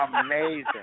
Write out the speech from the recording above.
Amazing